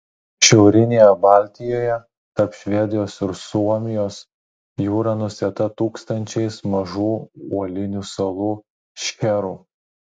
šiaurinėje baltijoje tarp švedijos ir suomijos jūra nusėta tūkstančiais mažų uolinių salų šcherų